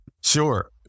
sure